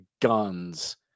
guns